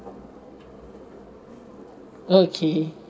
okay